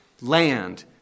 land